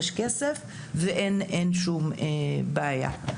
יש כסף, ואין שום בעיה.